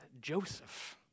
Joseph